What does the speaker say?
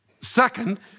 Second